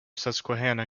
susquehanna